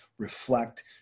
reflect